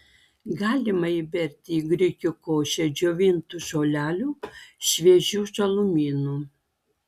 galima įberti į grikių košę džiovintų žolelių šviežių žalumynų